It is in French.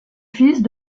fils